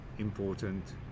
important